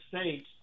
states